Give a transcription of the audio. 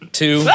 two